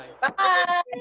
Bye